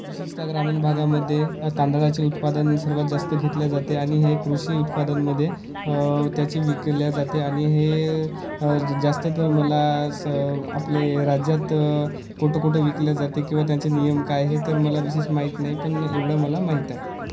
विशेषताः ग्रामीण भागामध्ये तांदळाची उत्पादन सर्वात जास्त घेतल्या जाते आणि हे कृषी उत्पादनमध्ये त्याचे विकल्या जाते आणि हे जास्त तर मला स आपले राज्यात कुठे कुठे विकल्या जाते किंवा त्यांचे नियम काय आहे तर मला विशेष माहीत नाही पण एवढं मला माहीतय